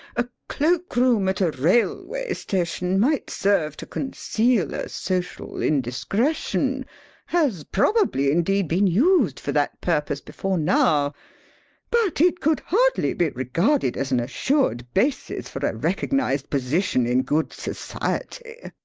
a cloak-room at a railway station might serve to conceal a social indiscretion has probably, indeed, been used for that purpose before now but it could hardly be regarded as an assured basis for a recognised position in good society.